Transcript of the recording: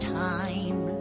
time